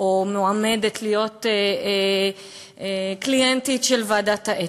או מועמדת להיות קליינטית של ועדת האתיקה.